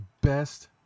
best